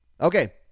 Okay